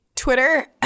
Twitter